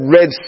Red